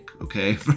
Okay